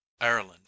Ireland